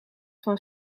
van